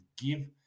give